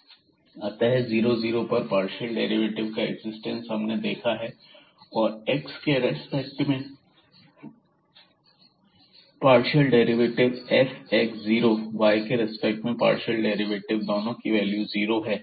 fx00fx0 f00x 0 fy00f0y f00y 0 अतः 00 पर partial derivative का एक्जिस्टेंस हमने देखा है और x के रेस्पेक्ट में पार्शियल डेरिवेटिव fx0 y के रिस्पेक्ट में पार्शियल डेरिवेटिव दोनों की वैल्यू जीरो है